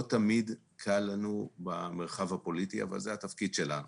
לא תמיד קל לנו במרחב הפוליטי אבל זה התפקיד שלנו.